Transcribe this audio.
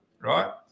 right